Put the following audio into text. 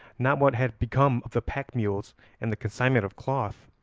not what had become of the pack mules and the consignment of cloth,